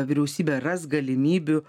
vyriausybė ras galimybių